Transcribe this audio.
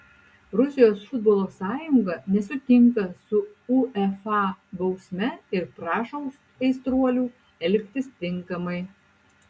rusijos futbolo sąjunga nesutinka su uefa bausme ir prašo aistruolių elgtis tinkamai